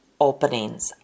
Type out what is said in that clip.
openings